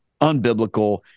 unbiblical